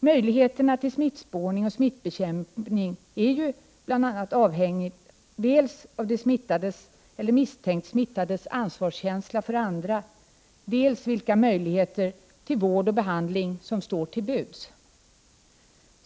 Möjligheterna till smittspårning och smittbekämpning är avhängiga bl.a. av dels de smittades eller misstänkt smittades ansvarskänsla för andra, dels vilka möjligheter till vård och behandling som står till buds.